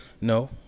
No